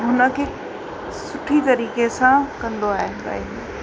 उन खे सुठी तरीक़े सां कंदो आहे